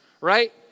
right